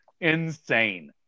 insane